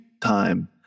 time